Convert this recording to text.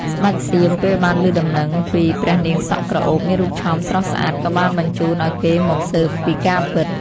ស្តេចសៀមពេលបានឮដំណឹងពី ព្រះនាងសក់ក្រអូបមានរូបឆោមស្រស់ស្អាតក៏បានបញ្ជូនឱ្យគេមកស៊ើបពីការពិត។